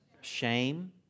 Shame